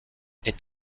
est